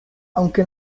aunque